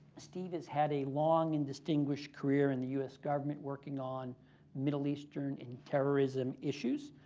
steve has had a long and distinguished career in the u s. government working on middle eastern and terrorism issues.